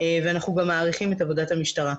וגם מעריכים את עבודת המשטרה.